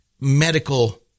medical